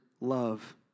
love